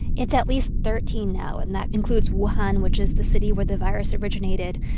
it's at least thirteen now, and that includes wuhan, which is the city where the virus originated.